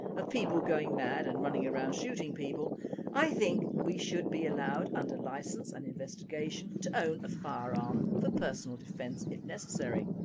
of people going mad and running around shooting people i think that we should be allowed, under licence and investigation to own a firearm for personal defence if necessary.